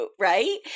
right